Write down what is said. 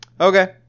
Okay